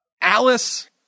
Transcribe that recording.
Alice